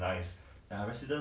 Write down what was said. then ok what